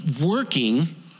working